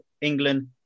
England